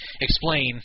Explain